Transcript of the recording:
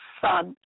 son